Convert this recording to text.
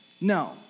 No